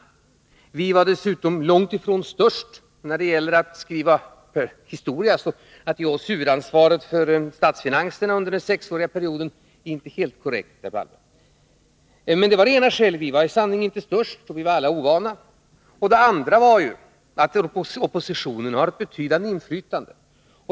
Moderata samlingspartiet var dessutom långt ifrån störst, så när det gäller att skriva historia är det inte helt korrekt, Olof Palme, att ge oss huvudansvaret för statsfinanserna under den sexåriga perioden. Det var alltså det ena skälet — vi var inte störst, och vi var alla ovana. Det andra skälet var att oppositionen har ett betydande inflytande.